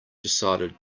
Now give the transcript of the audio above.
decided